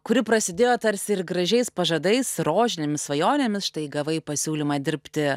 kuri prasidėjo tarsi ir gražiais pažadais rožinėmis svajonėmis štai gavai pasiūlymą dirbti